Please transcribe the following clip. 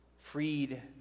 Freed